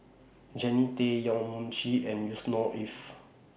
Jannie Tay Yong Mun Chee and Yusnor Ef